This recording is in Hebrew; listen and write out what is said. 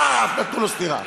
פאח, נתנו לו סטירה.